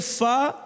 far